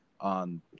on